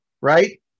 Right